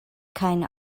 kind